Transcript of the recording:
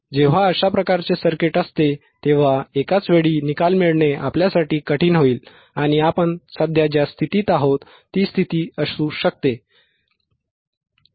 जेव्हा अशा प्रकारचे सर्किट असते तेव्हा एकाच वेळी निकाल मिळणे आपल्यासाठी कठीण होईल आणि आपण सध्या ज्या स्थितीत आहोत ती स्थिती असू शकते